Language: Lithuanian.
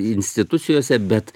institucijose bet